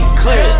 clear